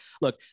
look